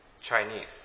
Chinese